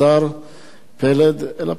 אלא פשוט אני חושב שמן הראוי שבנושא